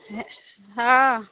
हे हॅं